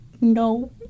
No